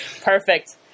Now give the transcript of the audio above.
Perfect